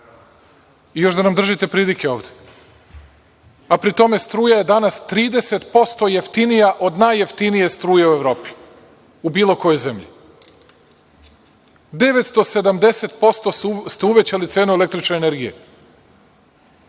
i još da nam držite pridike ovde, a pri tom struja je danas 30% jeftinija od najjeftinije struje u Evropi, od bilo koje zemlje. Uvećali ste 970% cenu električne energije.